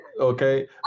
Okay